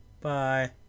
Bye